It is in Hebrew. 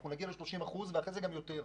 אנחנו נגיע ל-30% ואחרי זה גם ליותר,